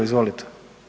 Izvolite.